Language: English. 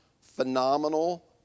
phenomenal